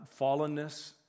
fallenness